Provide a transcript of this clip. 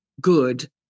good